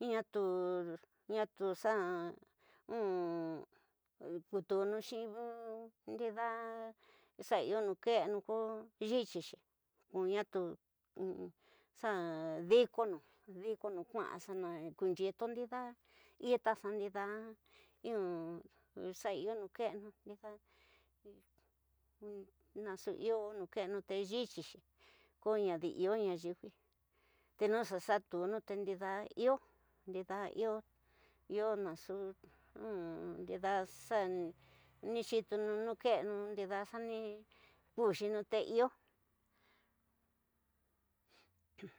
ñatu xa kutu xi ndida xa iyo nuke'enu ko yityixi koñatuxa xa dikonu kü'a xa kunyito ndida, ndida ita xa iyo nu keeñu naxu iyo nukeeñu te ytyiyi ko nadi iyo na yiwi te noxa xa tu nu te ndida iyo ndida iyo, iyo naxu indidaxani xitinu nuke'eñu, ndida xa ni kuxinu te iyo.